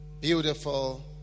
beautiful